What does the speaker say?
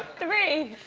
three